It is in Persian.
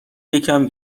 یکم